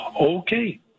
Okay